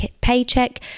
paycheck